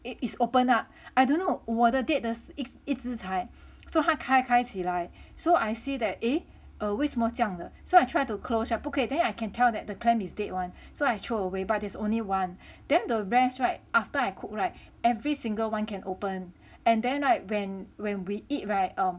it's it's open up I don't know 我的 dead 的是一只才 so 他开开起来 so I see that eh 为什么这样的 so I try to close ah 不可以 then I can tell that the clam is dead [one] so I throw away but is only one then the rest [right] after I cook [right] every single one can open and then when when we eat [right]